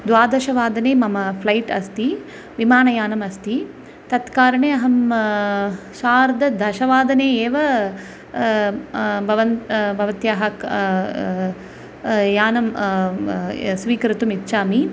द्वादशवादने मम फ़्लैट् अस्ति विमानयानम् अस्ति तत् कारणे अहं सार्धदशवादने एव भवन् भवन्तः क् यानं य स्वीकर्तुम् इच्छामि